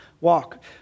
walk